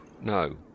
no